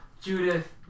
Judith